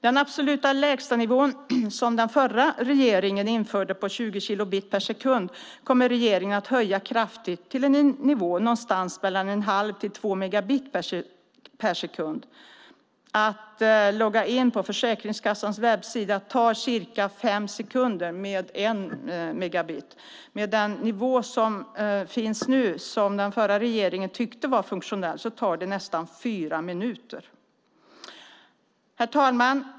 Den absoluta lägstanivån, som den förra regeringen införde, på 20 kilobit per sekund kommer regeringen att höja kraftigt till en nivå någonstans mellan en halv och två megabit per sekund. Att logga in på Försäkringskassans webbsida tar cirka fem sekunder med en megabit. Med den nivå som nu finns, som den förra regeringen tyckte var funktionell, tar det nästan fyra minuter. Herr talman!